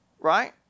Right